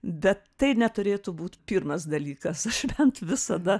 bet tai neturėtų būt pirmas dalykas aš bent visada